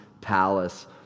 palace